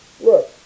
look